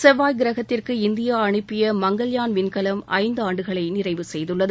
செவ்வாய் கிரகத்திற்கு இந்தியா அனுப்பிய மங்கள்யாண் விண்கலம் ஐந்தாண்டுகளை நிறைவு செய்குள்ளது